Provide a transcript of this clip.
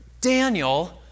Daniel